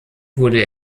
wurde